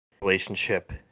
relationship